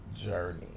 journey